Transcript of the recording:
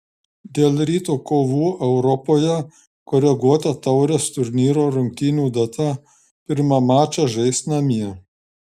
dėl ryto kovų europoje koreguota taurės turnyro rungtynių data pirmą mačą žais namie